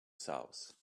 south